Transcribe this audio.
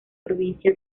provincia